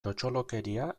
txotxolokeria